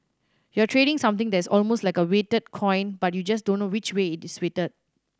you're trading something that is almost like a weighted coin but you just don't know which way it is weighted